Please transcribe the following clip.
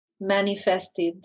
manifested